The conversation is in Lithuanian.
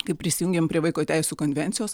kai prisijungėm prie vaiko teisių konvencijos